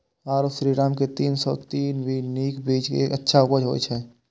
आरो श्रीराम के तीन सौ तीन भी नीक बीज ये अच्छा उपज होय इय?